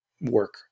work